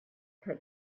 had